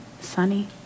Sunny